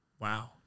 Wow